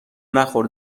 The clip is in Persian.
نخور